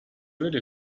really